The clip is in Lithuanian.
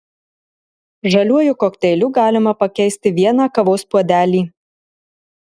žaliuoju kokteiliu galima pakeisti vieną kavos puodelį